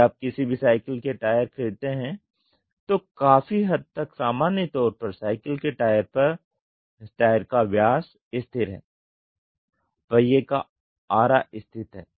यदि आप किसी भी साइकिल के टायर खरीदते हैं तो काफी हद तक सामान्य तौर पर साइकिल के टायर का व्यास स्थिर है पहिये का आरा स्थिर हैं